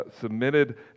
submitted